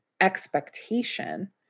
expectation